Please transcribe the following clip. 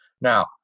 Now